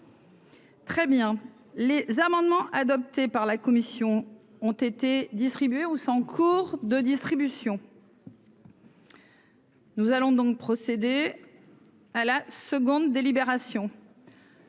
Très bien les amendements adoptés par la commission ont été distribués ou en cours de distribution. Nous allons donc procéder. à la seconde délibération.